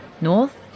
North